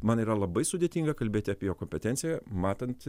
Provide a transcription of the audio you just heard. man yra labai sudėtinga kalbėti apie jo kompetenciją matant